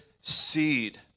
seed